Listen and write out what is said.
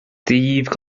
dhaoibh